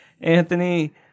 Anthony